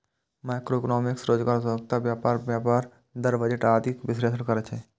macroeconomics रोजगार, उत्पादकता, व्यापार, ब्याज दर, बजट आदिक विश्लेषण करै छै